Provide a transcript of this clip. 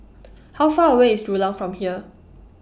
How Far away IS Rulang from here